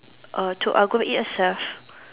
err to upgrade yourself